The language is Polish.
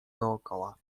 dokoła